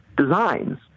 designs